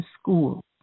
school